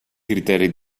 criteri